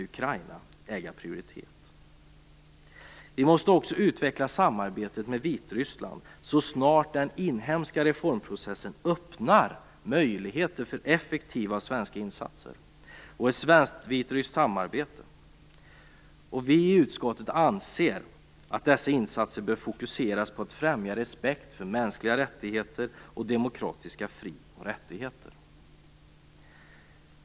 Vi måste också utveckla samarbetet med Vitryssland så snart den inhemska reformprocessen öppnar möjligheter för effektiva svenska insatser och ett svensk-vitryskt samarbete. Vi i utskottet anser att dessa insatser bör fokuseras på att man skall främja respekt för mänskliga rättigheter och demokratiska fri och rättigheter.